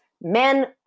men